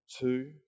two